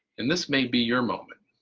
and this may be your moment.